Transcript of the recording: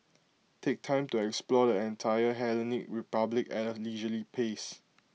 take time to explore the entire Hellenic republic at A leisurely pace